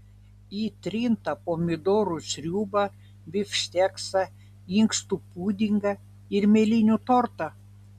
į trintą pomidorų sriubą bifšteksą inkstų pudingą ir mėlynių tortą